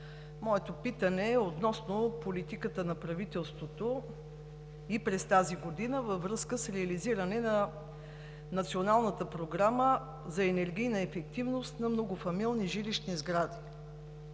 моето питане е относно политиката на правителството и през тази година във връзка с реализиране на Националната програма за енергийна ефективност на многофамилни жилищни сгради.